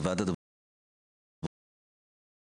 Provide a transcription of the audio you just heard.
בוועדת הבריאות וראינו את הפערים.